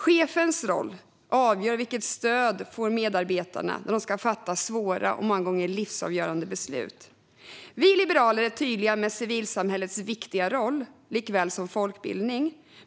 Chefernas roll avgör vilket stöd medarbetarna får när de ska fatta svåra och många gånger livsavgörande beslut. Vi liberaler är tydliga med civilsamhällets viktiga roll, liksom folkbildningens.